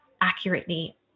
accurately